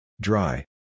Dry